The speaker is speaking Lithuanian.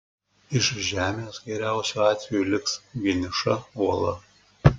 iš žemės geriausiu atveju liks vieniša uola